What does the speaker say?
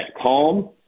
calm